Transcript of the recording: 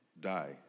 die